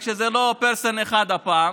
רק שזה לא person אחד הפעם,